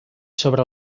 sobre